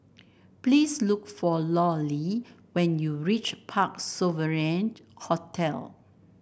please look for Lollie when you reach Parc Sovereign Hotel